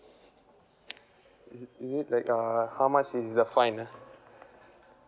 is it is it like err how much is the fine ah